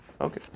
Okay